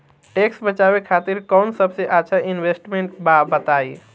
Tax बचावे खातिर कऊन सबसे अच्छा इन्वेस्टमेंट बा बताई?